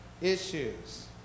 issues